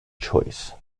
choice